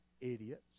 Idiots